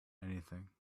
anything